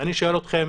אני שואל אתכם